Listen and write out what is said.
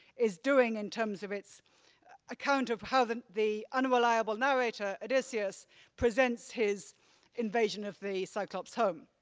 is doing in terms of its account of how the the unreliable narrator odysseus presents his invasion of the cyclops' home.